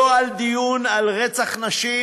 לא לדיון על רצח נשים,